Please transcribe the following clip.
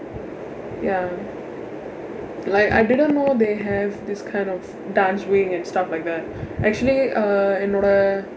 ya like I didn't know they have this kind of dance wing and stuff like that actually என்னோட:ennooda